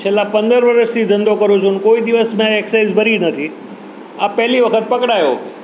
છેલ્લા પંદર વર્ષથી ધંધો કરું છું ને કોઈ દિવસ મેં એક્સાઈઝ ભરી નથી આ પહેલી વખત પકડાયો